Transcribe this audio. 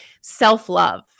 self-love